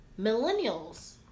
millennials